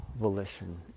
volition